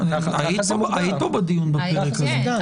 היית פה בדיון על הפרק הזה.